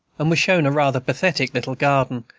and were shown a rather pathetic little garden,